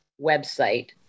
website